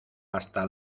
hasta